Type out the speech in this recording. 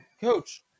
Coach